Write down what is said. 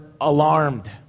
alarmed